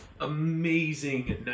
amazing